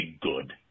good